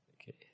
Okay